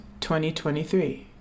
2023